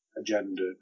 agenda